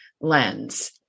lens